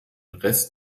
rest